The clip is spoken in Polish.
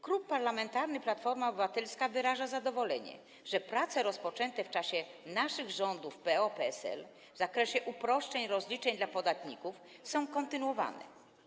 Klub Parlamentarny Platforma Obywatelska wyraża zadowolenie, że prace rozpoczęte w czasie naszych rządów, rządów PO-PSL, w zakresie uproszczeń rozliczeń dla podatników są kontynuowane.